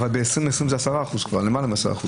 ב-2020 זה כבר 10%, למעלה מ-10%.